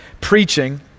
preaching